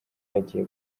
yagiye